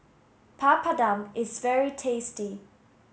Papadum is very tasty